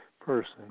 person